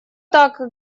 так